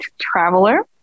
Traveler